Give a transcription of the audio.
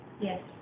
Yes